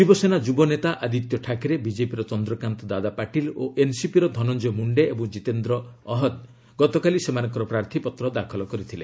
ଶିବସେନା ଯୁବନେତା ଆଦିତ୍ୟ ଠାକ୍ରେ ବିଜେପିର ଚନ୍ଦ୍ରକାନ୍ତ ଦାଦାପାଟିଲ ଓ ଏନ୍ସିପିର ଧନଞ୍ଜୟ ମୁଣ୍ଡେ ଏବଂ ଜିତେନ୍ଦ୍ର ଅହାଦ ଗତକାଲି ସେମାନଙ୍କର ପ୍ରାର୍ଥୀପତ୍ର ଦାଖଲ କରିଥିଲେ